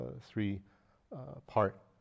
three-part